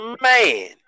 Man